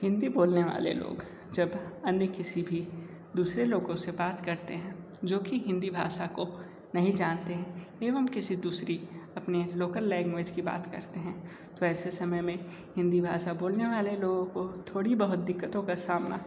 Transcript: हिंदी बोलने वाले लोग जब अन्य किसी भी दूसरे लोगों से बात करते हैं जो की हिंदी भाषा को नहीं जानते हैं एवं किसी दूसरी अपनी लोकल लेंग्वेज की बात करते हैं तो ऐसे समय में हिंदी भाषा बोलने वाले लोगों को थोड़ी बहुत दिक्कतों का सामना